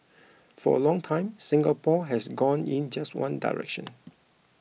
for a long time Singapore has gone in just one direction